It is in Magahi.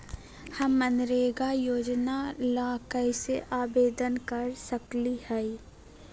हम मनरेगा योजना ला कैसे आवेदन कर सकली हई?